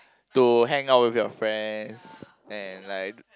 to hang out with your friends and like